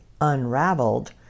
Unraveled